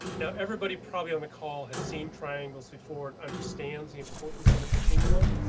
now everybody probably on the call has seen triangles before and understands the importance of a continuum.